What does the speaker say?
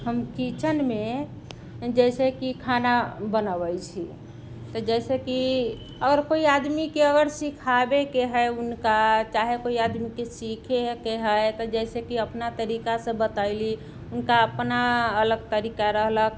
हम किचनमे जैसे कि खाना बनऽबै छी तऽ जैसे कि अगर कोइ आदमीके अगर सीखाबैके हय उनका चाहे कोइ आदमीके सीखेके हय तऽ जैसे कि अपना तरीकासँ बतैली उनका अपना अलग तरीका रहलक